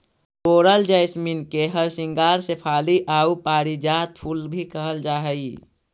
कोरल jasmine के हरसिंगार शेफाली आउ पारिजात फूल भी कहल जा हई